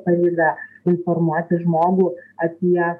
pareiga informuoti žmogų apie